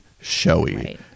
showy